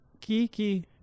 Kiki